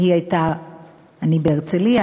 אני בהרצלייה,